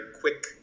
quick